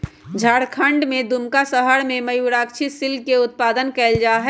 झारखंड के दुमका शहर में मयूराक्षी सिल्क के उत्पादन कइल जाहई